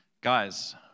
Guys